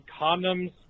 condoms